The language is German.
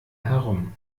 herum